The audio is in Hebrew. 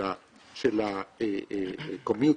של ה-commuting.